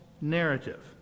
narrative